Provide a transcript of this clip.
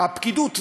הפקידוּת,